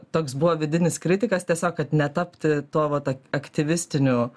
toks buvo vidinis kritikas tiesiog kad netapti tuo vat aktyvistiniu